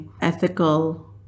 ethical